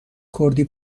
کردی